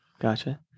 Gotcha